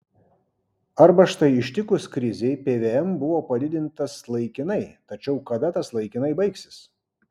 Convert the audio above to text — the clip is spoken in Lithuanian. arba štai ištikus krizei pvm buvo padidintas laikinai tačiau kada tas laikinai baigsis